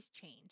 change